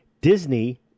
Disney